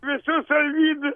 visus alvydus